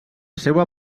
seua